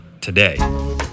today